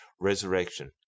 resurrection